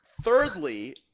thirdly